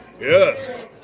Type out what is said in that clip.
Yes